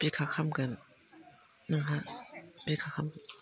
बिखा खामगोन नोंहा बिखा खाम